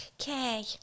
Okay